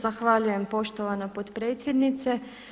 Zahvaljujem poštovana potpredsjednice.